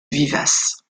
vivaces